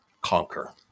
conquer